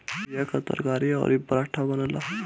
घुईया कअ तरकारी अउरी पराठा बनेला